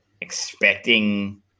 expecting